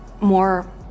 more